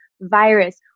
virus